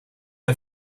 een